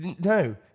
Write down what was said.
no